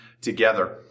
together